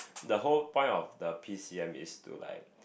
the whole point of the P_C_M is to like